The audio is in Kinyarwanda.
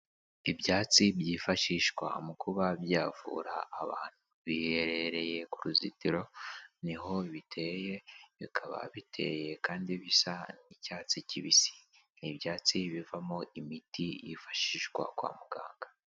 Ibyatsi byifashishwa mu kuba byavura abantu, biherereye ku ruzitiro niho biteye. Bikaba biteye kandi bisa n'icyatsi kibisi n'ibyatsi bivamo imiti yifashishwa kwa muganga.